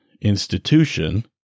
institution